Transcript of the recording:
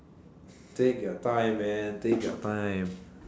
take your time man take your time